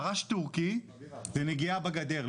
פרש תורכי ונגיעה בגדר.